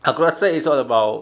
aku rasa it's all about